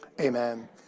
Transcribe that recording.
amen